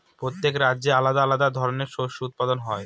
প্রত্যেক রাজ্যে আলাদা আলাদা ধরনের শস্য উৎপাদন হয়